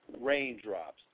raindrops